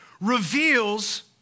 reveals